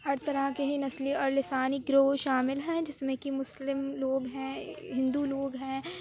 ہر طرح کے ہی نسلی اور لسانی گروہ شامل ہیں جس میں کہ مسلم لوگ ہیں ہندو لوگ ہیں